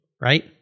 right